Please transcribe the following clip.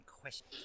question